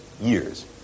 years